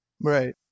Right